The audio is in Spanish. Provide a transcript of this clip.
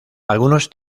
algunos